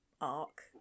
arc